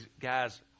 guys